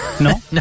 No